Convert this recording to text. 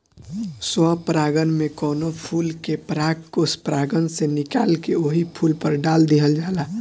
स्व परागण में कवनो फूल के परागकोष परागण से निकाल के ओही फूल पर डाल दिहल जाला